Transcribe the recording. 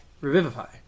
Revivify